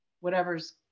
whatever's